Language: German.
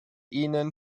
ihnen